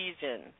season